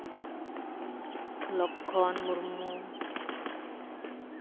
Lakshman Murmu